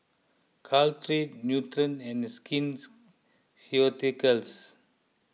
Caltrate Nutren and Skin Ceuticals